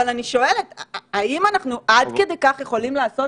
אבל אני שואלת: האם אנחנו עד כדי כך יכולים לעשות